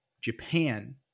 Japan